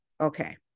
Okay